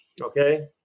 okay